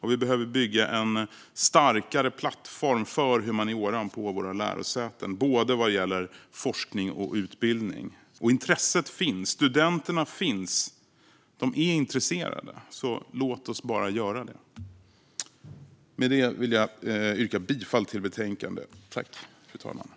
Vi behöver bygga en starkare plattform för humanioran på våra lärosäten vad gäller både forskning och utbildning. Intresset finns och studenterna finns, och de är intresserade, så låt oss bara göra det. Med detta vill jag yrka bifall till utskottets förslag i betänkandet.